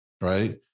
right